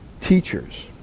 teachers